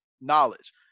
knowledge